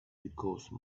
because